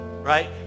right